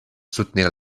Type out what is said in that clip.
soutenir